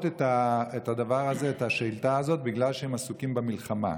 את השאילתה הזאת בגלל שהוא עסוק במלחמה.